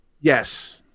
Yes